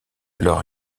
alors